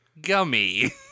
gummy